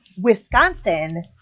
Wisconsin